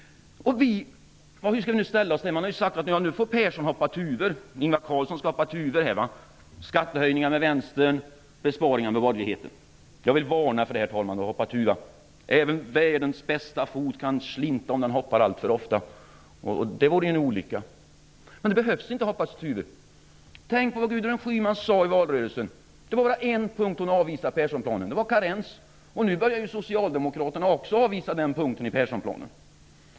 Hur skall vi nu ställa oss här? Man har sagt att Persson får hoppa tuva. Regeringen Carlsson får hoppa på tuvor. Det gäller då skattehöjningar med vänstern eller besparingar med borgerligheten. Jag vill varna för att hoppa tuva! Även världens bästa fot kan slinta om den hoppar alltför ofta. Det vore en olycka. Men det behövs inget tuvhoppande! Tänk på vad Gudrun Schyman sade i valrörelsen! Hon avvisade bara en punkt i Perssonplanens besparingar, nämligen den som gäller karensdagen. Nu börjar ju socialdemokraterna också avvisa den punkten i Perssonplanen.